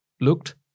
looked